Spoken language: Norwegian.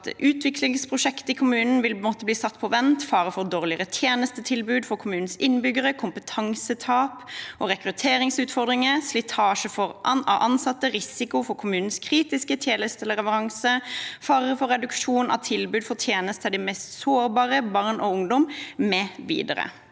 innbyggerhøring) 793 kommunen vil måtte bli satt på vent. Det er fare for dårligere tjenestetilbud for kommunens innbyggere, kompetansetap og rekrutteringsutfordringer, slitasje på ansatte, risiko for kommunens kritiske tjenesteleveranser, fare for reduksjon av tilbudet om tjenester til de mest sårbare blant barn og ungdom mv.